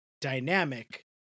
dynamic